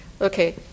Okay